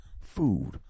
Food